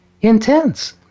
intense